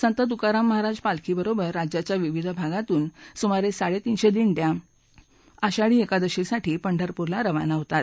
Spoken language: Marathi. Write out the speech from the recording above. संत तुकाराम महाराज पालखी बरोबरच राज्याच्या विविध भागातून सुमारे साडेतीनशे दिंड्या आषाढी एकादशीसाठी पंढरपुरला रवाना होतात